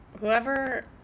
whoever